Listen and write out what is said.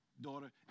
daughter